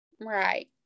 Right